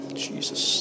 Jesus